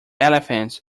elephants